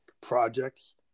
projects